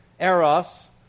eros